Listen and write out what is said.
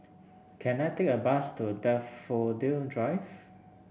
can I take a bus to Daffodil Drive